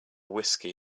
whiskey